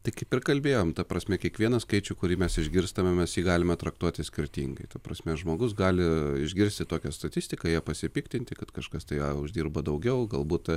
tai kaip ir kalbėjom ta prasme kiekvieną skaičių kurį mes išgirstame mes jį galime traktuoti skirtingai ta prasme žmogus gali išgirsti tokią statistiką ja pasipiktinti kad kažkas tai uždirba daugiau galbūt